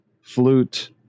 flute